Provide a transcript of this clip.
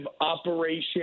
operation